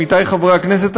עמיתי חברי הכנסת,